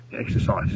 exercise